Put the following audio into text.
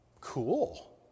cool